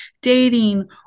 dating